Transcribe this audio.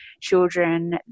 children